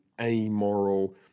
amoral